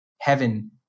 heaven